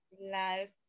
life